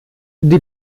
die